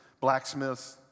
blacksmiths